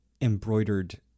embroidered